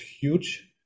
huge